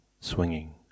swinging